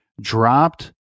dropped